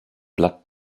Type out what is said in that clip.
blatt